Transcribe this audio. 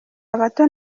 abato